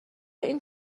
این